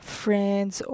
friends